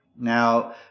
Now